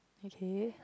okay